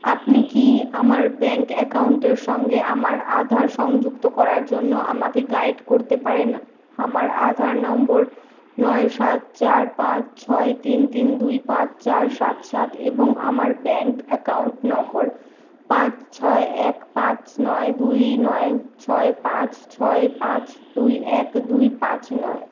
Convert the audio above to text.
আপনি কি আমার ব্যাঙ্ক অ্যাকাউন্টের সঙ্গে আমার আধার সংযুক্ত করার জন্য আমাকে গাইড করতে পারেন আমার আধার নম্বর নয় সাত চার পাঁচ ছয় তিন তিন দুই পাঁচ চার সাত সাত এবং আমার ব্যাঙ্ক অ্যাকাউন্ট নম্বর পাঁচ ছয় এক পাঁচ নয় দুই নয় ছয় পাঁচ ছয় পাঁচ দুই এক দুই পাঁচ নয়